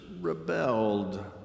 rebelled